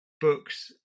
books